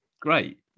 great